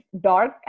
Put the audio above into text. dark